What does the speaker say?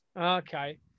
Okay